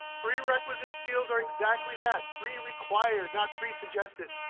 prerequisite skills are exactly that, pre-required, not pre-suggested.